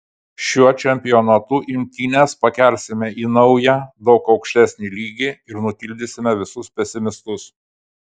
šiuo čempionatu imtynes pakelsime į naują daug aukštesnį lygį ir nutildysime visus pesimistus